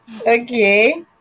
Okay